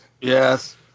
Yes